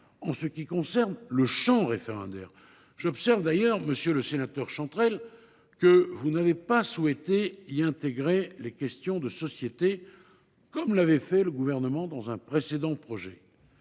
en ce qui concerne le champ référendaire. J’observe d’ailleurs, monsieur le sénateur Chantrel, que vous n’avez pas souhaité y intégrer les « questions de société », au contraire de ce qu’avait fait le Gouvernement dans un précédent projet.